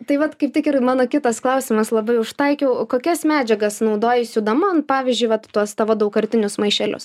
tai vat kaip tik ir mano kitas klausimas labai užtaikiau kokias medžiagas naudoji siūdama pavyzdžiui vat tuos tavo daugkartinius maišelius